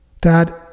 Dad